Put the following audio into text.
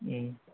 ம்